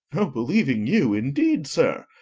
no believing you indeed, sir.